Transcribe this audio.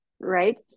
right